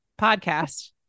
Podcast